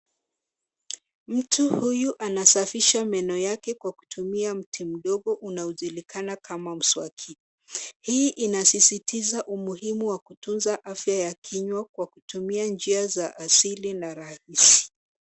Mtu huyu anasafisha meno yake kutumia mti mdogo unaojulikana kama mswaki. Hii inasisitiza umuhimu wa kutunza afya ya kinywa kwa kutumia njia za asili na rahisi.